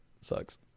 sucks